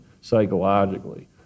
psychologically